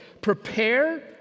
prepare